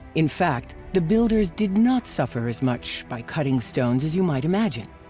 in fact, the builders did not suffer as much by cutting stones as you might imagine.